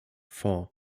four